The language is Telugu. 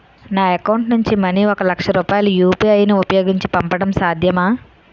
నా అకౌంట్ నుంచి మనీ ఒక లక్ష రూపాయలు యు.పి.ఐ ను ఉపయోగించి పంపడం సాధ్యమా?